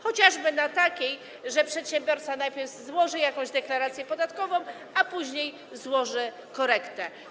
Chociażby na takiej, że przedsiębiorca najpierw złoży jakąś deklarację podatkową, a później złoży korektę.